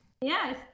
Yes